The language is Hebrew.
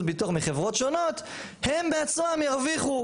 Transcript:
ביטוח מחברות שונות הם בעצמם ירוויחו,